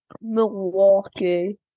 Milwaukee